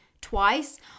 twice